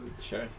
Sure